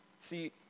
See